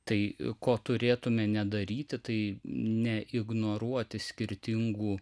tai ko turėtumėme nedaryti tai ne ignoruoti skirtingų